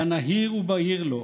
היה נהיר ובהיר לו,